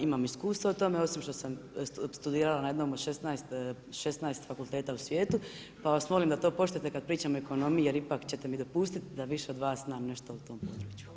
Imam iskustva u tome, osim što sam studirala na jedno od 16 fakulteta u svijetu pa vas molim da to poštujete kada pričam o ekonomiji jer ipak ćete mi dopustiti da više od vas znam nešto o tom području.